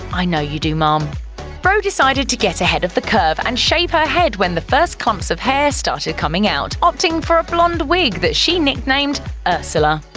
i know you do mom rowe decided to get ahead of the curve and shave her head when the first clumps of hair started coming out, opting for a blonde wig that she nicknamed ursula.